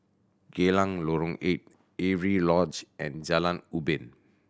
Geylang Lorong Eight Avery Lodge and Jalan Ubin